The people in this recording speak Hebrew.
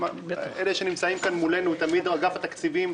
אלה שנמצאים כאן מולנו או אגף התקציבים,